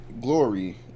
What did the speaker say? glory